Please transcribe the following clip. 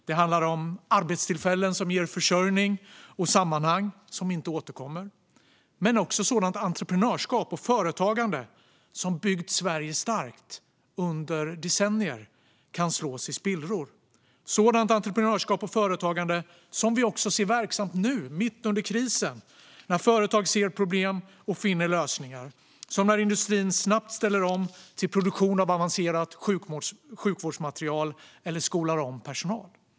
Det handlar om arbetstillfällen - som ger försörjning och sammanhang - som inte återkommer. Även sådant entreprenörskap och företagande som byggt Sverige starkt under decennier kan slås i spillror. Sådant entreprenörskap och företagande ser vi också verksamt nu, mitt under krisen. Företag ser problem och finner lösningar, som när industrin snabbt ställer om till produktion av avancerat sjukvårdsmaterial eller skolar om personal.